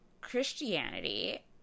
Christianity